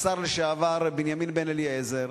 השר לשעבר בנימין בן-אליעזר.